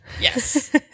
Yes